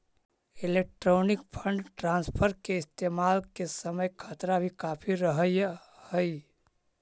electronic fund transfer के इस्तेमाल के समय खतरा भी काफी रहअ हई